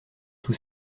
tous